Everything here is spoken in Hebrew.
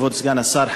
כבוד סגן השר,